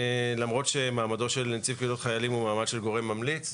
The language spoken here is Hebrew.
למרות שמעמדו של נציב קבילות חיילים הוא מעמד של גורם ממליץ,